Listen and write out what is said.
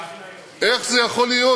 איך זה יכול להיות?